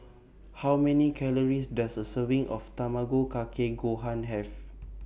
How Many Calories Does A Serving of Tamago Kake Gohan Have